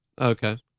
Okay